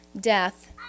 death